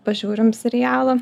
pažiūrim serialą